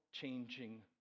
changing